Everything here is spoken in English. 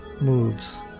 moves